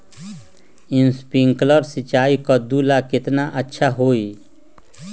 Sprinkler सिंचाई कददु ला केतना अच्छा होई?